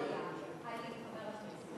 ד"ר אגבאריה,